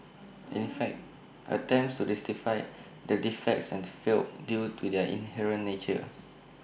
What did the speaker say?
in fact attempts to rectify the defects and failed due to their inherent nature